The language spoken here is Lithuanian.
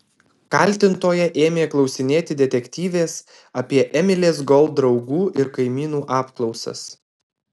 kaltintoja ėmė klausinėti detektyvės apie emilės gold draugų ir kaimynų apklausas